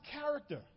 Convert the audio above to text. character